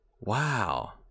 Wow